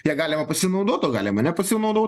ja galima pasinaudot o galima nepasinaudot